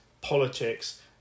politics